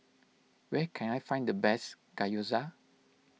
where can I find the best Gyoza